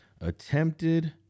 attempted